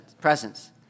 presence